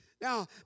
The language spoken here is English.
Now